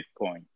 bitcoin